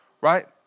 right